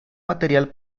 material